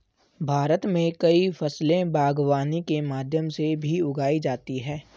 भारत मे कई फसले बागवानी के माध्यम से भी उगाई जाती है